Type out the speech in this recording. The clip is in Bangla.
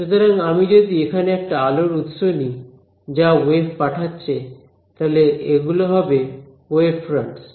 সুতরাং আমি যদি এখানে একটা আলোর উৎস নিই যা ওয়েভ পাঠাচ্ছে তাহলে এগুলো হবে ওয়েভ ফ্রন্টস